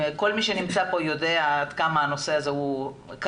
כל מי שנמצא פה יודע עד כמה הנושא הזה קרוב